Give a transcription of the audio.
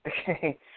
Okay